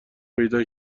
پیدا